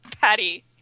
Patty